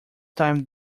time